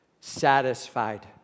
satisfied